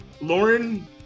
Lauren